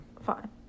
Fine